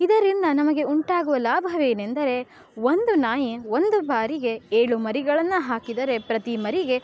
ಇದರಿಂದ ನಮಗೆ ಉಂಟಾಗುವ ಲಾಭವೇನೆಂದರೆ ಒಂದು ನಾಯಿ ಒಂದು ಬಾರಿಗೆ ಏಳು ಮರಿಗಳನ್ನು ಹಾಕಿದರೆ ಪ್ರತಿ ಮರಿಗೆ